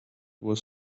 was